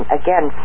again